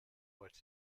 what